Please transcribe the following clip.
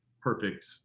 perfect